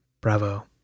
bravo